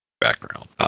background